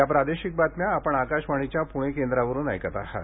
या प्रादेशिक बातम्या आपण आकाशवाणीच्या पूणे केंद्रावरुन ऐकत आहात